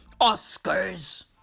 Oscars